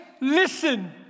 Listen